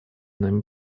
нами